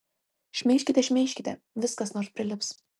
šmeižkite šmeižkite vis kas nors prilips